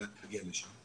להגיע לשם.